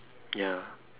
ya